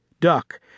Duck